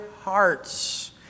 hearts